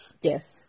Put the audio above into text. Yes